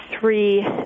three